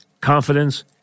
Confidence